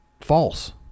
false